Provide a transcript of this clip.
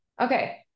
Okay